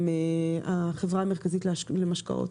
החברה המרכזית למשקאות